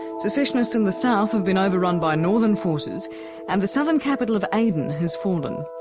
secessionists in the south have been over-run by northern forces and the southern capital of aden has fallen.